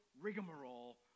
rigmarole